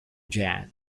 jan